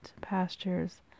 pastures